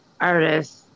artist